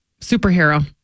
Superhero